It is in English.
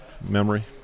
memory